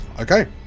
okay